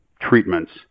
treatments